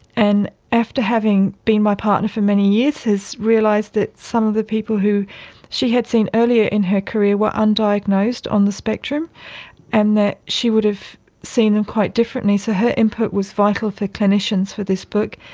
and after having been my partner for many years has realised that some of the people who she had seen earlier in her career were undiagnosed on the spectrum and that she would have seen them quite differently. so her input was vital for clinicians for this book.